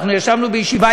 אנחנו ישבנו יחד בישיבה,